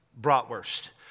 bratwurst